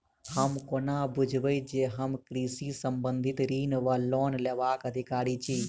हम कोना बुझबै जे हम कृषि संबंधित ऋण वा लोन लेबाक अधिकारी छी?